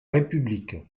république